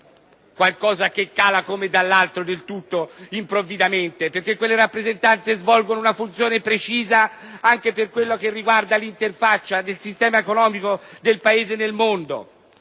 qualcosa che cala dall'alto del tutto improvvidamente, perché quelle rappresentanze svolgono una funzione precisa anche per ciò che riguarda l'interfaccia del sistema economico del Paese nel mondo.